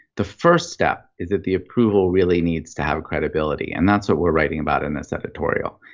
the first step is that the approval really needs to have credibility and that's what we're writing about in this editorial.